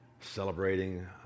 celebrating